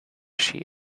she